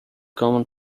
common